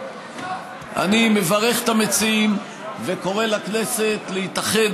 אני מברך את המציעים וקורא לכנסת להתאחד